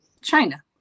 China